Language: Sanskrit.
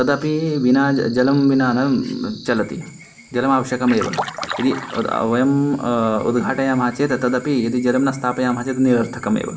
तदपि विना ज जलं विना न चलति जलम् आवश्यकमेव यदि वयम् उद्घाटयामः चेत् तदपि यदि जलं न स्थपयामः चेत् निरर्थकम् एव